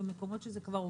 במקומות שזה כבר עובד,